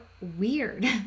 weird